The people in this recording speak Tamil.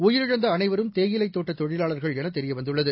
உயிரிழந்தஅனைவரும் தேயிலைத் தோட்டத் தொழிலாளர்கள் எனதெரியவந்துள்ளது